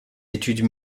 études